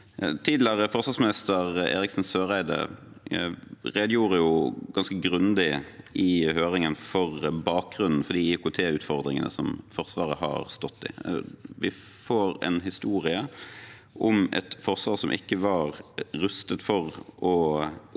Tidligere forsvarsminister Eriksen Søreide redegjorde i høringen ganske grundig for bakgrunnen for de IKT utfordringene som Forsvaret har stått i. Vi får en historie om et forsvar som ikke var rustet til å oppfylle